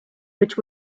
which